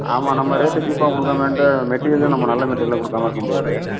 ஆமாம் நம்ம ரேட்டு சீப்பாக கொடுக்குறமேன்ட்டு மெட்டீரியலும் நம்ம நல்ல மெட்டீரியலாக கொடுக்காம இருக்க முடியாது